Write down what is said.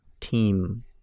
team